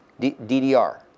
DDR